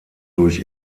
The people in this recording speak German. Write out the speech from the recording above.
durch